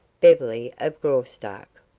beverly of graustark.